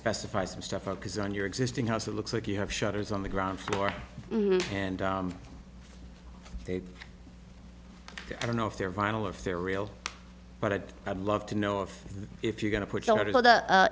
specify some stuff focus on your existing house it looks like you have shutters on the ground floor and i don't know if they're vinyl or if they're real but i'd love to know if if you're going to put